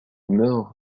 meurt